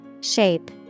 Shape